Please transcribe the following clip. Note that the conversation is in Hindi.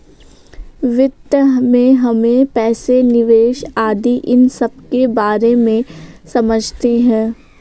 वित्त में हम पैसे, निवेश आदि इन सबके बारे में समझते हैं